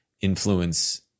influence